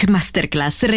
Masterclass